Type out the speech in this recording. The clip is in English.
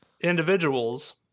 individuals